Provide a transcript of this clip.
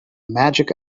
magic